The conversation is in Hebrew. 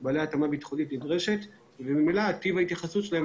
והם בעלי התאמה ביטחונית נדרשת וממילא טיב ההתייחסות שלהם